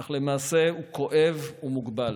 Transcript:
אך למעשה הוא כואב ומוגבל,